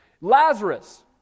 Lazarus